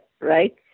right